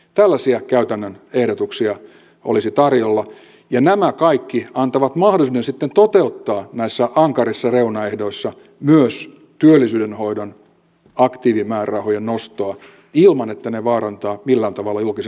tällaisia käytännön ehdotuksia olisi tarjolla ja nämä kaikki antavat mahdollisuuden sitten toteuttaa näissä ankarissa reunaehdoissa myös työllisyyden hoidon aktiivimäärärahojen nostoa ilman että ne vaarantavat millään tavalla julkisen talouden tasapainoa